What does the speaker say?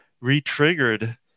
re-triggered